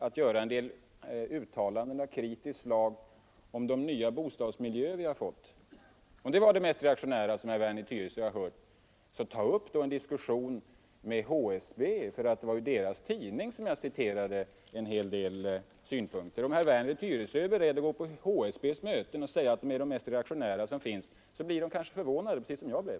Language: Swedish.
Och om en del uttalanden av kritiskt slag om de nya bostadsmiljöer vi har fått var det mest reaktionära som herr Werner i Tyresö har hört, så tag upp en diskussion med HSB, för det var ur deras tidning som jag citerade en hel del synpunkter! Är herr Werner beredd att gå på HSB:s möten och säga att de där är de mest reaktionära som finns, så blir de kanske förvånade, precis som jag blev.